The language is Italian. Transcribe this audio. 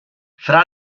fra